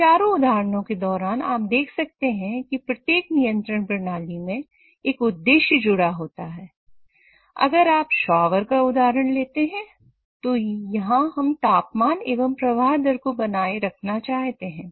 इन चारों उदाहरणों के दौरान आप देख सकते हैं कि प्रत्येक नियंत्रण प्रणाली का उदाहरण लेते हैं तो यहां हम तापमान एवं प्रवाह दर को बनाए रखना चाहते हैं